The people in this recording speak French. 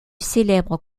célèbre